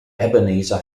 ebenezer